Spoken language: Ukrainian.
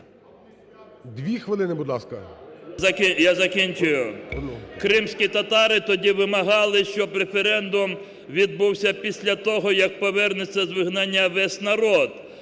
Дві хвилини, будь ласка. ЧУБАРОВ Р.А. Я закінчую. Кримські татари тоді вимагали, щоб референдум відбувся після того як повернеться з вигнання весь народ,